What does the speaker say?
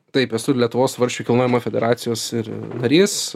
taip esu lietuvos svarsčių kilnojimo federacijos ir narys